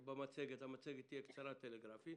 המצגת תהיה קצרה וטלגרפית.